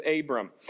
Abram